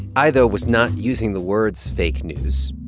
i, though, was not using the words fake news.